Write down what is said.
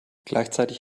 gleichzeitig